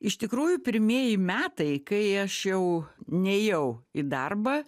iš tikrųjų pirmieji metai kai aš jau nėjau į darbą